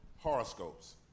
horoscopes